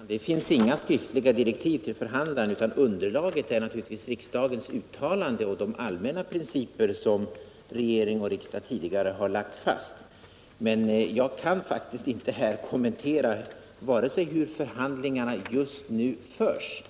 Herr talman! Det finns inga skriftliga direktiv till förhandlaren, utan underlaget är naturligtvis riksdagens uttalande och de allmänna principer som regering och riksdag tidigare har lagt fast. Men jag kan faktiskt inte här kommentera vare sig hur förhandlingarna just nu förs